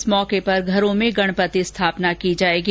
इस मौके पर घरों में गणपति स्थापना की जाएगी